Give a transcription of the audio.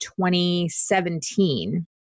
2017